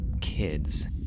Kids